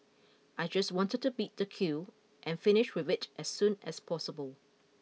I just wanted to beat the queue and finish with it as soon as possible